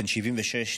בן 76,